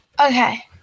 Okay